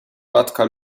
matka